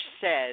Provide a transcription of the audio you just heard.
says